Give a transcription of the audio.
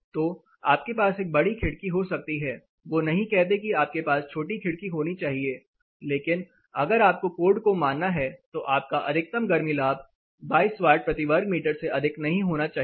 तो आपके पास एक बड़ी खिड़की हो सकती है वो नहीं कहते कि आपके पास छोटी खिड़की होनी चाहिए लेकिन अगर आपको कोड को मानना है तो आपका अधिकतम गर्मी लाभ 22 वाट प्रति वर्ग मीटर से अधिक नहीं होना चाहिए